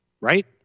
right